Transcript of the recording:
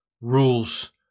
rules